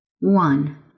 one